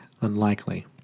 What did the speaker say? unlikely